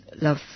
love